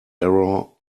error